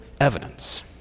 evidence